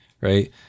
right